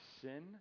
sin